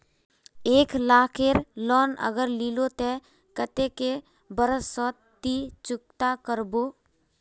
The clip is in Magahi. एक लाख केर लोन अगर लिलो ते कतेक कै बरश सोत ती चुकता करबो?